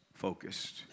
focused